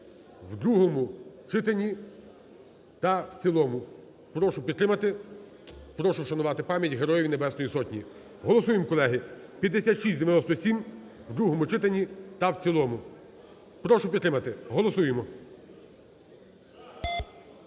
в другому читанні та в цілому. Прошу підтримати, прошу вшанувати пам'ять Героїв Небесної Сотні. Голосуємо, колеги, 5697 у другому читанні та в цілому. Прошу підтримати. Голосуємо.